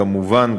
כמובן,